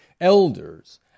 elders